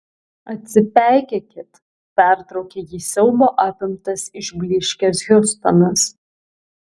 atsipeikėkit pertraukė jį siaubo apimtas išblyškęs hiustonas